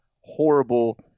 horrible